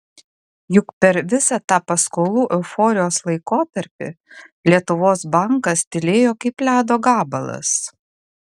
juk per visą tą paskolų euforijos laikotarpį lietuvos bankas tylėjo kaip ledo gabalas